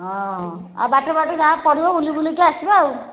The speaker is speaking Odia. ହଁ ଆଉ ବାଟେ ବାଟେ ଯାହା ପଡ଼ିବ ବୁଲି ବୁଲିକି ଆସିବା ଆଉ